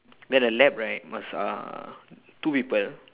then the lab right must uh two people